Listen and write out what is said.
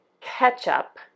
ketchup